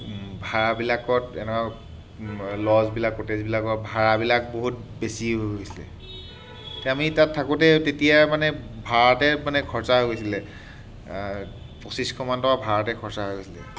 ভাড়াবিলাকত এনেকুৱা ল'জবিলাক কটেজবিলাকৰ ভাড়াবিলাক বহুত হৈ গৈছিলে তেতিয়া আমি তাত থাকোঁতে তেতিয়া মানে ভাড়াতে মানে খৰচা হৈ গৈছিলে পঁচিছশমান টকা ভাড়াতে খৰচা হৈ গৈছিলে